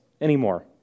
anymore